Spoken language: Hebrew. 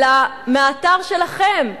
אלא מהאתר שלכם,